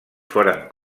foren